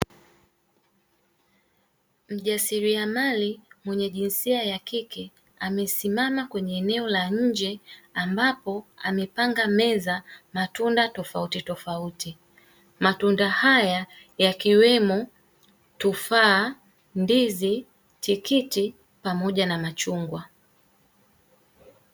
Mjasiriamali mwenye jinsia ya kike, amesimama kwenye eneo la nje; ambapo amepanga meza matunda tofautitofauti. Matunda haya yakiwemo: tufaa, ndizi, tikiti pamoja na machungwa.